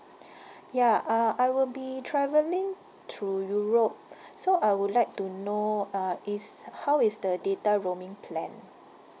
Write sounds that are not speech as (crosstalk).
(breath) ya uh I will be travelling to europe so I would like to know uh is how is the data roaming plan